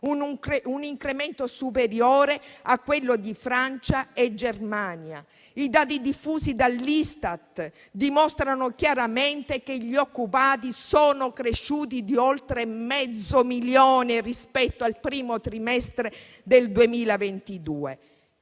un incremento superiore a quello di Francia e Germania. I dati diffusi dall'Istat dimostrano chiaramente che gli occupati sono cresciuti di oltre mezzo milione rispetto al primo trimestre del 2022.